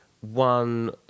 one